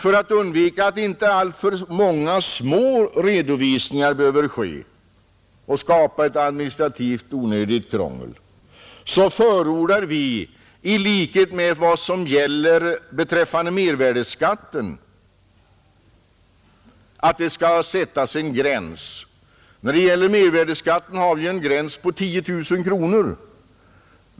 För att undvika allt för många småredovisningar och onödigt administrativt krångel förordar vi, i likhet med vad som gäller beträffande mervärdeskatten, att det sätts en gräns. När det gäller mervärdeskatten finns en gräns vid 10 000 kronor.